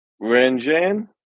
Ranjan